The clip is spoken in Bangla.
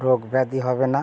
রোগ ব্যাধি হবে না